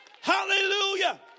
hallelujah